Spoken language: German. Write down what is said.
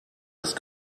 ist